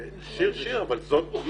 שיר, אבל זאת משימה.